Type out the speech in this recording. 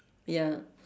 ya